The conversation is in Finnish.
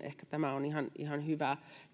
Ehkä tämä on ihan hyvää käytäntöä,